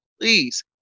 please